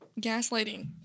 Gaslighting